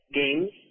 games